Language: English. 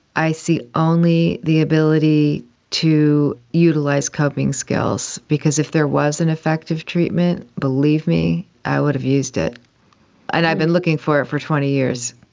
i see only the ability to utilise coping skills, because if there was an effective treatment, believe me, i would have used it. and i've been looking for it for twenty years.